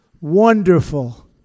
wonderful